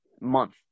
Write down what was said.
month